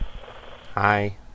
Hi